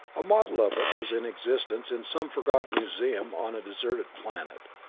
a model of it was in existence in some forgotten museum on a deserted planet,